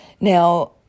Now